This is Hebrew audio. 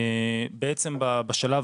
בעצם בשלב